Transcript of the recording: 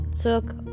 took